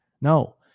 No